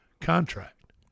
contract